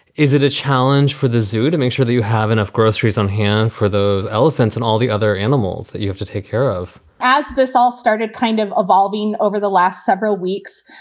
is it a challenge for the zoo to make sure that you have enough groceries on hand for those elephants and all the other animals that you have to take care of as this all started kind of evolving over the last several weeks?